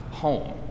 home